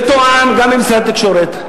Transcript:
ותואם גם עם משרד התקשורת.